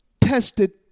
tested